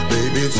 Baby